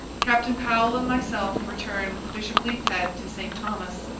captain powell and myself return with bishop leithhead to st. thomas.